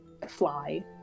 Fly